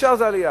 השאר זה עלייה.